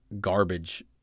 garbage